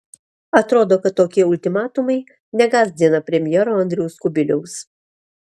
atrodo kad tokie ultimatumai negąsdina premjero andriaus kubiliaus